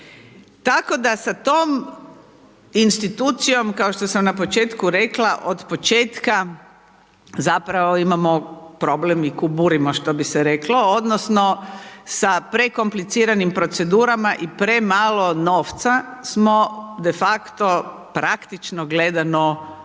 Tako da sa tom institucijom kao što sam na početku rekla od početka zapravo imamo problem i kuburimo što bi se reklo, odnosno sa prekompliciranim procedurama i premalo novca smo de facto, praktično gledano ubili